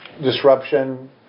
disruption